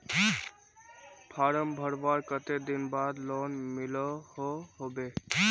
Form भरवार कते दिन बाद लोन मिलोहो होबे?